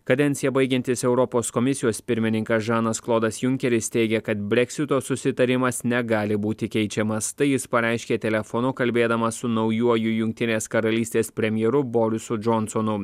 kadenciją baigiantis europos komisijos pirmininkas žanas klodas junkeris teigia kad breksito susitarimas negali būti keičiamas tai jis pareiškė telefonu kalbėdamas su naujuoju jungtinės karalystės premjeru borisu džonsonu